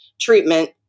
treatment